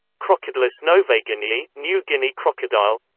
crocodylus novaeguineae, new guinea crocodile